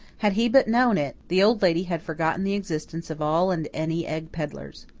had he but known it, the old lady had forgotten the existence of all and any egg pedlars.